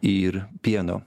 ir pieno